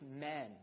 men